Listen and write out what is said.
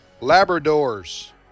labrador's